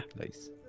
nice